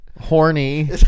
Horny